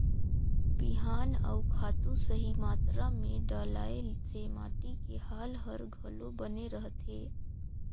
बिहान अउ खातू सही मातरा मे डलाए से माटी के हाल हर घलो बने रहथे